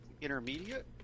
intermediate